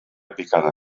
picada